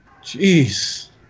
jeez